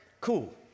cool